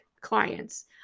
clients